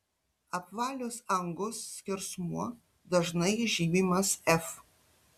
apvalios angos skersmuo dažnai žymimas f